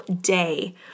day